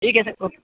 ٹھیک ہے sir okay